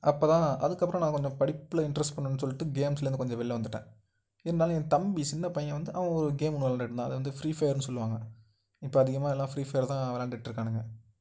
அப்போ தான் அதுக்கப்புறம் நான் கொஞ்ச படிப்பில் இன்ட்ரெஸ்ட் பண்ணணும்னு சொல்லிட்டு கேம்ஸ்லேருந்து கொஞ்சம் வெளில் வந்துட்டேன் இருந்தாலும் என் தம்பி சின்னப் பையன் வந்து அவன் ஒரு கேம் ஒன்று விளாண்டுட்டு இருந்தான் அது வந்து ஃப்ரீ ஃபயர்னு சொல்லுவாங்கள் இப்போ அதிகமாக எல்லாம் ஃப்ரீ ஃபயர் தான் விளாண்டுட்டு இருக்காணுங்கள்